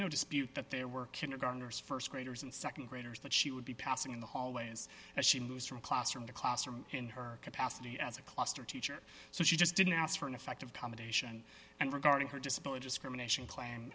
no dispute that there were kindergartners st graders and nd graders that she would be passing in the hallways as she moves from classroom to classroom in her capacity as a cluster teacher so she just didn't ask for an effective combination and regarding her disability discrimination cla